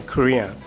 Korea